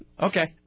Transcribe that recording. Okay